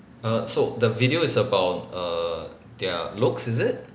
err so the video is about err their looks is it